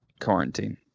quarantine